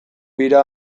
bira